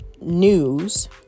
news